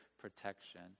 protection